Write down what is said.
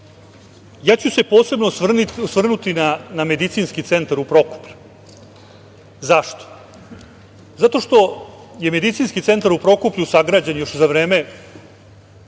ću se osvrnuti na medicinski centar u Prokuplju. Zašto? Zato što je medicinski centar u Prokuplju sagrađen još za vreme